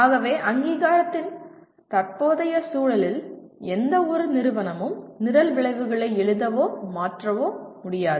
ஆகவே அங்கீகாரத்தின் தற்போதைய சூழலில் உள்ள எந்தவொரு நிறுவனமும் நிரல் விளைவுகளை எழுதவோ மாற்றவோ முடியாது